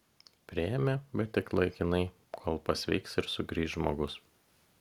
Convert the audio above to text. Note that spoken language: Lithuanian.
priėmė bet tik laikinai kol pasveiks ir sugrįš žmogus